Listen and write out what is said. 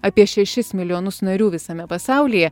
apie šešis milijonus narių visame pasaulyje